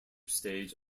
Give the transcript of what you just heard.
stage